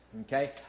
Okay